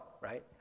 right